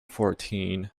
fourteen